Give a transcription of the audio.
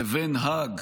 לבין האג,